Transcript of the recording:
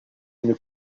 une